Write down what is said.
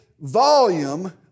volume